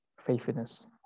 faithfulness